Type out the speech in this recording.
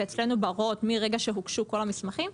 ואצלנו בהוראות מרגע שהוגשו כל המסמכים,